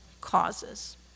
causes